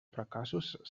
fracassos